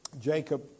Jacob